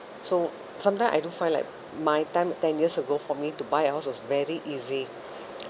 so sometimes I do find like my time ten years ago for me to buy house was very easy